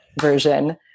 version